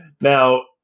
Now